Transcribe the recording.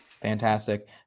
Fantastic